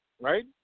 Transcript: right